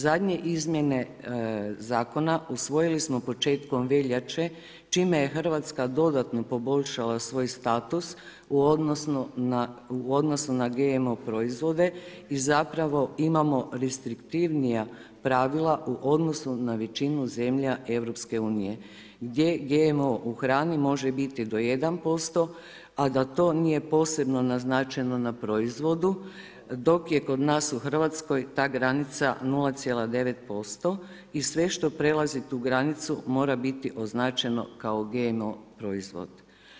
Zadnje izmjene Zakona usvojili smo početkom veljače, čime je Hrvatska dodatno poboljšala svoj status u odnosu na GMO proizvode i zapravo imamo restriktivnija pravila u odnosu na većinu zemalja EU gdje GMO u hrani može biti do 1%, a da to nije posebno naznačeno na proizvodu, dok je kod nas u Hrvatskoj ta granica 0,9% i sve što prelazi tu granicu mora biti označeno kao GMO proizvod.